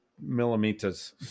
millimeters